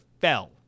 fell